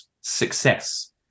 success